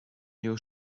you